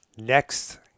Next